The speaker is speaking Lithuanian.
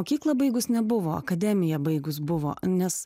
mokyklą baigus nebuvo akademiją baigus buvo nes